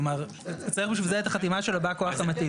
כלומר, צריך בשביל זה את החתימה של בא כוח המתאים.